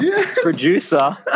producer